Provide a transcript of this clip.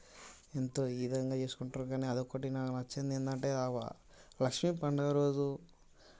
ఎంతో ఈ విధంగా చేసుకుంటారు కానీ అది ఒక్కటి నాకు నచ్చంది ఏంటంటే లక్ష్మీ పండుగ రోజు